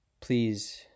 Please